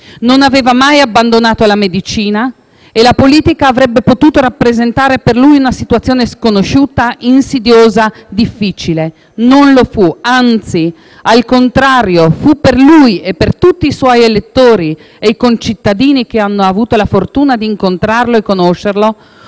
Non aveva mai abbandonato la medicina, e la politica avrebbe potuto rappresentare per lui una situazione sconosciuta, insidiosa, difficile. Non lo fu. Anzi, al contrario, fu per lui, e per tutti i suoi elettori e i concittadini che hanno avuto la fortuna di incontrarlo e conoscerlo,